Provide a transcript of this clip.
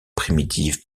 primitives